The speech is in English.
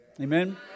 Amen